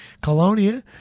Colonia